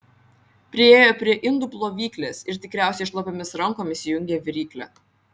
priėjo prie indų plovyklės ir tikriausiai šlapiomis rankomis įjungė viryklę